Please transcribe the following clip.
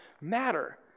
matter